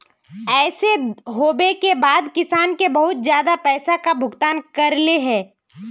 ऐसे होबे के बाद किसान के बहुत ज्यादा पैसा का भुगतान करले है?